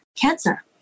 cancer